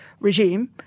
regime